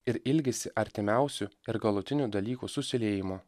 ir ilgisi artimiausių ir galutinių dalykų susiliejimo